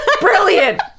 Brilliant